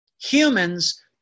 Humans